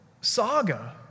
saga